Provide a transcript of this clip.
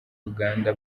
uganda